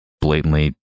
blatantly